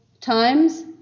times